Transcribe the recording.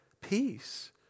peace